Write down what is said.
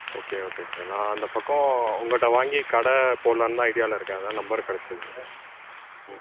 okay okay sir நான் அந்த பக்கம் உங்கிட்டே வாங்கி கடை போட்லாணு தான் ஐடியாவில் இருக்கேன் அதுதான் நம்பர் கிடச்சுது ம்